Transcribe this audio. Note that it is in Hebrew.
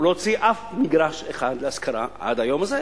הוא לא הוציא אף מגרש אחד להשכרה עד היום הזה.